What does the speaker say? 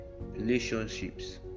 relationships